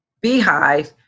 beehive